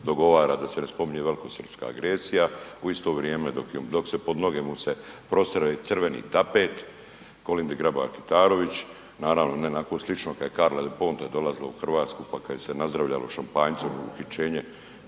da se ne spominje velikosrpska agresija, u isto vrijeme dok se pod noge mu se prostire crveni tapet, Kolindi Grabar Kitarović, naravno ne onako slično kad je Carla Del Ponte dolazila u Hrvatsku pa kad se nazdravljalo šampanjcem uhićenje